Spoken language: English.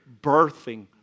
birthing